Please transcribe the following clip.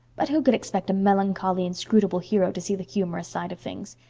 but who could expect a melancholy, inscrutable hero to see the humorous side of things?